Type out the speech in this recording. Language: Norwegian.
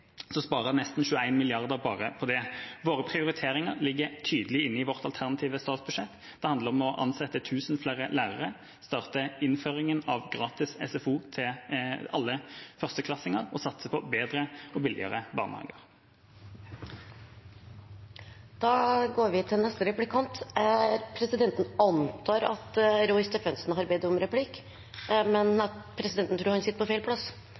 så sparer man nesten 21 mrd. kr bare på det. Våre prioriteringer ligger tydelig inne i vårt alternative statsbudsjett. Det handler om å ansette 1 000 flere lærere, starte innføringen av gratis SFO for alle førsteklassinger og satse på bedre og billigere